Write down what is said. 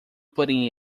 putting